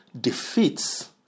defeats